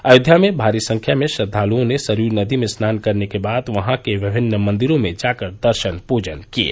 अयोध्या में भारी संख्या में श्रद्वालुओं ने सरयू नदी में स्नान करने के बाद वहां के विभिन्न मंदिरों में जाकर दर्शन पूजन किये